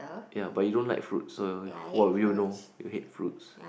ya but you don't like fruits so what would you know you hate fruits